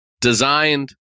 designed